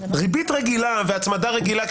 ריבית רגילה והצמדה רגילה,